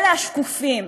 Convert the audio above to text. אלה השקופים.